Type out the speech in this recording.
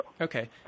Okay